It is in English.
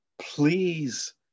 please